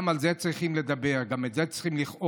גם על זה צריכים לדבר, גם את זה צריכים לכאוב.